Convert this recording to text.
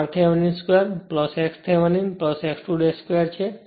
જે આ સમીકરણ 20 છે